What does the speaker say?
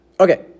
Okay